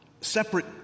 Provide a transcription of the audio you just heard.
separate